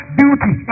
beauty